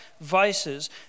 vices